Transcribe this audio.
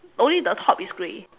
only the top is grey